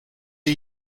are